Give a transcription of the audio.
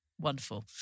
wonderful